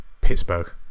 Pittsburgh